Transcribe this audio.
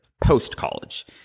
post-college